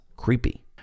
creepy